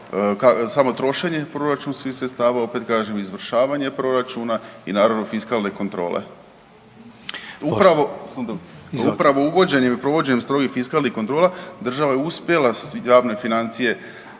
samo trošenje proračunskih sredstava, opet kažem, izvršavanje proračuna i naravno fiskalne kontrole. Upravo uvođenjem i provođenjem strogih fiskalnih kontrola, država je uspjela javne financije